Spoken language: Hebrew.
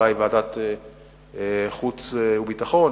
אולי לוועדת החוץ והביטחון,